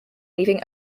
leaving